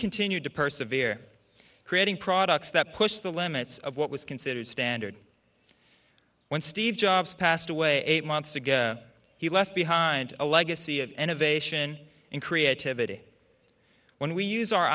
continued to persevered creating products that pushed the limits of what was considered standard when steve jobs passed away eight months ago he left behind a legacy of enervation in creativity when we use our